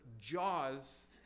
jaws